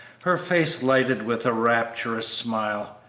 her face lighted with a rapturous smile.